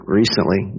recently